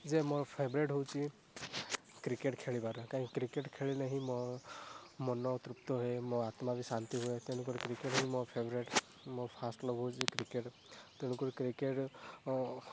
ଯେ ମୋର ଫେବରେଟ୍ ହେଉଛି କ୍ରିକେଟ ଖେଳିବାରେ କାହିଁ କ୍ରିକେଟ ଖେଳିଲେ ହିଁ ମୋ ମନ ତୃପ୍ତ ହୁଏ ମୋ ଆତ୍ମା ବି ଶାନ୍ତି ହୁଏ ତେଣୁ କରି କ୍ରିକେଟ ହିଁ ମୋ ଫେବରେଟ୍ ମୋ ଫାଷ୍ଟ ଲଭ୍ ହେଉଛି କ୍ରିକେଟ ତେଣୁ କରି କ୍ରିକେଟ